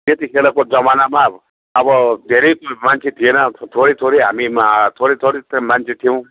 त्यति खेरको जमानामा अब धेरै मान्छे थिएन थोरै थोरै हामी थोरै थोरै मान्छे थियौँ